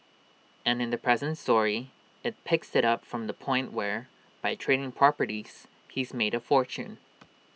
and in the present story IT picks IT up from the point where by trading properties he's made A fortune